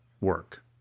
work